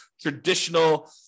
traditional